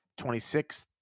26th